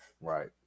right